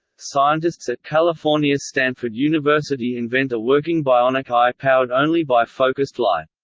scientists at california's stanford university invent a working bionic eye powered only by focused light.